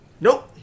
nope